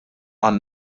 għan